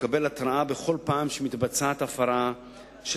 ולקבל התרעה בכל פעם שמתבצעת הפרה של